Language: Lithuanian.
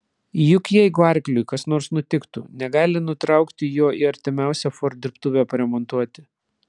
juk jeigu arkliui kas nors nutiktų negali nutraukti jo į artimiausią ford dirbtuvę paremontuoti